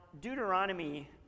Deuteronomy